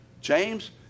James